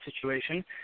situation